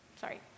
sorry